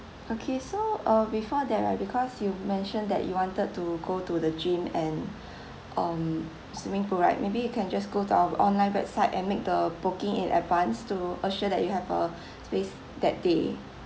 okay so uh before that right because you mentioned that you wanted to go to the gym and um swimming pool right maybe you can just go down online website and make the booking in advance to assure that you have a space that day